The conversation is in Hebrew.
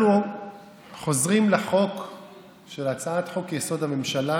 אנחנו חוזרים להצעת חוק-יסוד: הממשלה,